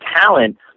talent